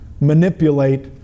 manipulate